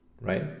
right